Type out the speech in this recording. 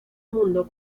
mundo